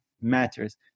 matters